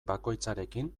bakoitzarekin